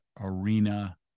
arena